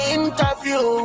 interview